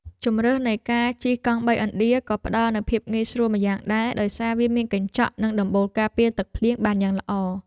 ជម្រើសនៃការជិះកង់បីឥណ្ឌាក៏ផ្តល់នូវភាពងាយស្រួលម្យ៉ាងដែរដោយសារវាមានកញ្ចក់និងដំបូលការពារទឹកភ្លៀងបានយ៉ាងល្អ។